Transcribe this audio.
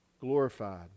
glorified